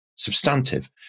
Substantive